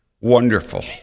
wonderful